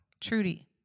Trudy